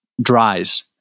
dries